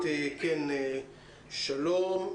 שלום.